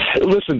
listen